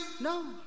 No